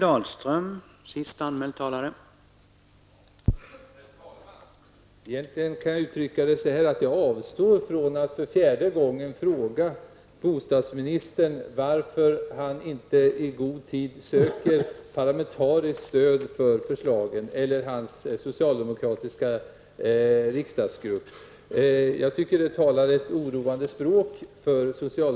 Herr talman! Egentligen kan jag uttrycka mig så här: Jag avstår från att för fjärde gången fråga bostadsministern varför inte han eller hans socialdemokratiska riksdagsgrupp i god tid söker parlamentariskt stöd för förslagen.